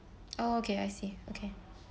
oh okay I see okay